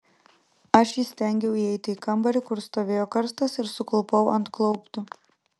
aš įstengiau įeiti į kambarį kur stovėjo karstas ir suklupau ant klauptų